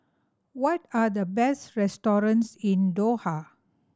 what are the best restaurants in Doha